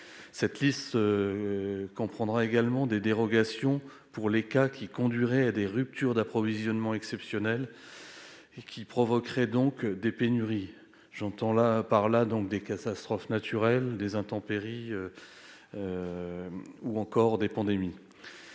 Cette liste comprendra également des dérogations pour les cas qui conduiraient à des ruptures d'approvisionnement exceptionnelles et qui provoqueraient donc des pénuries- j'entends par là des catastrophes naturelles, des intempéries ou encore des pandémies.